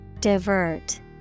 Divert